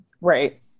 Right